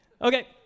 Okay